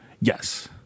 Yes